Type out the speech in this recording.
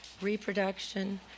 reproduction